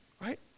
right